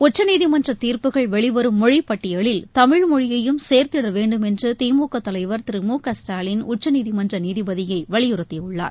உச்சநீதிமன்றதீர்ப்புகள் வெளிவரும் மொழிபட்டியலில் தமிழ் மொழியையும் சேர்த்திடவேண்டும் என்றுதிமுகதலைவர் திரு மு ஸ்டாலின் க உச்சநீதிமன்றநீதிபதியைவலியுறுத்தியுள்ளார்